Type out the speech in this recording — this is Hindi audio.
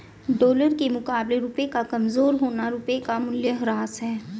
डॉलर के मुकाबले रुपए का कमज़ोर होना रुपए का मूल्यह्रास है